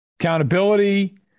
Accountability